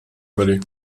vallée